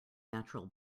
natural